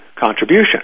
contribution